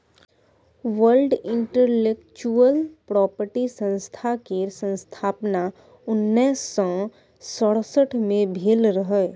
world intellectual property संस्था केर स्थापना उन्नैस सय सड़सठ मे भेल रहय